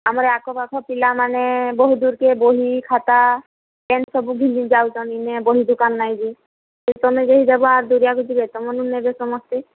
ଆମର ଆଖ ପାଖ ପିଲାମାନେ ବହୁ ଦୂରକେ ବହି ଖାତା ପେନ ସବୁ ଘିନି ଯାଉଛନି ନେ ବହି ଦୁକାନ ନାହିଁ ଯେ ତମେ ଯଦି ଦେବ ଆର ଦୁରିଆକୁ ଯିବେ ତମଠୁ ନେବେ ସମସ୍ତେ